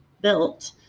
built